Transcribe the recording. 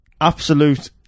Absolute